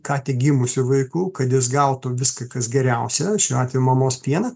ką tik gimusiu vaiku kad jis gautų viską kas geriausia šiuo atveju mamos pieną